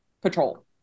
patrol